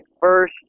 first